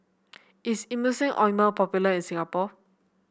is Emulsying Ointment popular in Singapore